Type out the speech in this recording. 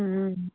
हूं